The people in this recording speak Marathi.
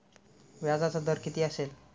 व्याजाचा दर किती असेल?